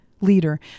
leader